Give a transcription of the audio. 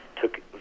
took